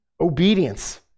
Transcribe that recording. Obedience